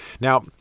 Now